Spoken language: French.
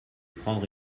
prendre